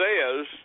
says